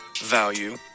value